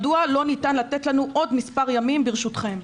מדוע לא ניתן לתת לנו עוד מספר ימים, ברשותכם.